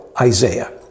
Isaiah